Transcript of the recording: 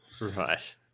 Right